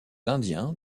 indiens